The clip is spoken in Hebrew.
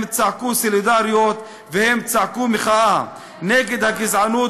הם צעקו סולידריות והם צעקו מחאה נגד הגזענות